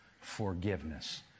forgiveness